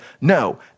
no